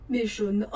Mission